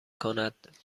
کند